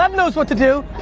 um knows what to do